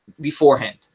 beforehand